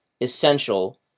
essential